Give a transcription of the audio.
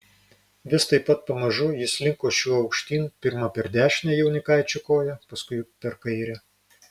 vis taip pat pamažu jis slinko šiuo aukštyn pirma per dešinę jaunikaičio koją paskui per kairę